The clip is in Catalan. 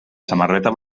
samarreta